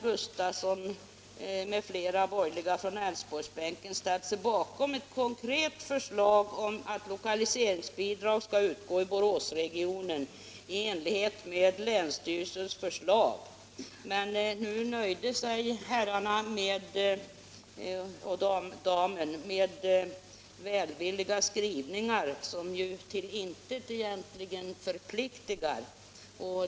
Nu nöjde sig emellertid herrarna och damen med välvilliga skrivningar, som ju till intet förpliktigar.